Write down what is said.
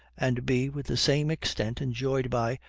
and be, with the same extent, enjoyed by,